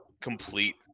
complete